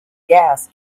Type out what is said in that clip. gas